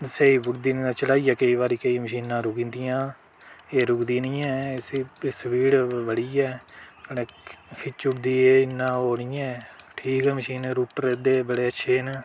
स्हेई बुढ़दी नेईं तां चढ़ाइयै केईं बारी केईं मशीनां रुकी जंदिया एह् रुकदी निं ऐ इसी स्पीड़ बड़ी ऐ कन्नै खिच्ची ओड़दी एह् इन्ना ओह् निं ऐ ठीक ऐ मशीन रुटर एह्दे बड़े अच्छे न